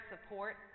support